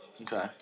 Okay